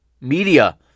media